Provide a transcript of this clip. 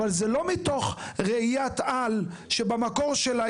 אבל זה לא מתוך ראיית על שבמקור שלה,